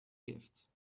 gifts